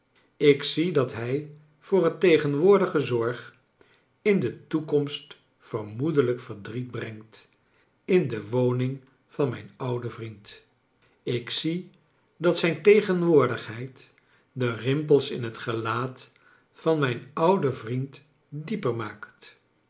ik zie dat hij voor het tegenwoordige zorg in de toekomst vermoedelijk verdriet brengt in de woning van mijn ouden vriend ik zie dat zijn tegenwoordigheid de rimpels in het gelaat van mijn ouden vriend dieper maakt